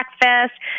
breakfast